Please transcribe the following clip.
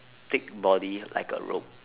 thick body like a rope